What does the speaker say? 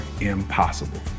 impossible